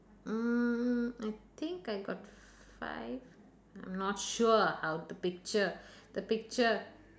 mm I think I got five I not sure how the picture the picture